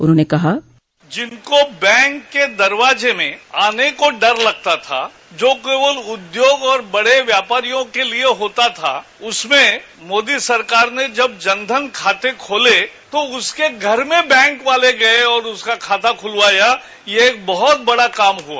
उन्होंने कहा जिनको बैंक के दरवाजे में आने को डर लगता था जो केवल वह उद्योग और बड़े व्यापारियों के लिये होता था उसमें मोदी सरकार ने जब जनधन खाते खोले तो उसके घर में बैंक वाले गये और उसका खाता खुलवाया यह एक बहुत बड़ा काम हुआ